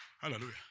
Hallelujah